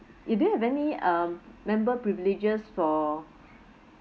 you didn't have any um member privileges for